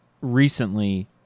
recently